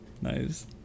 nice